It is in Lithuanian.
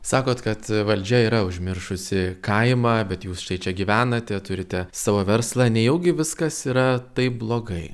sakot kad valdžia yra užmiršusi kaimą bet jūs štai čia gyvenate turite savo verslą nejaugi viskas yra taip blogai